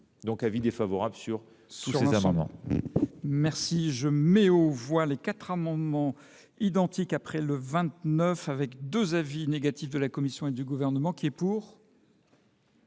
un avis défavorable sur ces amendements.